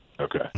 Okay